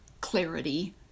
clarity